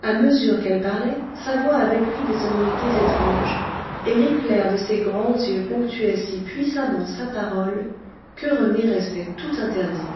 a mesure qu'elle parlait sa voix avait pris des sonorités étranges et l'éclair de ses grands yeux ponctuait si puissamment sa parole que rené restait tout interdit